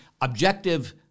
objective